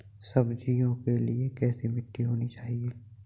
सब्जियों के लिए कैसी मिट्टी होनी चाहिए?